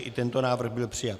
I tento návrh byl přijat.